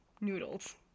noodles